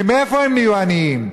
כי ממה הם נהיו עניים?